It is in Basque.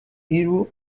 hiru